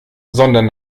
sondern